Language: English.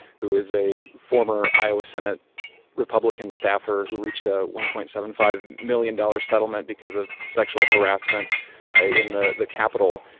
who is a former iowa senate republican staffer who reached a one point seven five million dollars settlement because of sexual harassment in the the capital.